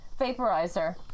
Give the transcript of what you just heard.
vaporizer